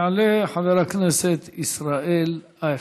יעלה חבר הכנסת ישראל אייכלר.